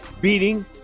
beating